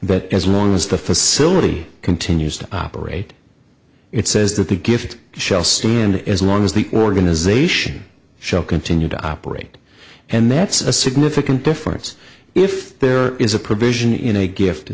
but as long as the facility continues to operate it says that the gift shall stand as long as the organization shall continue to operate and that's a significant difference if there is a provision in a gift